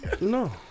No